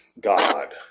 god